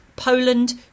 Poland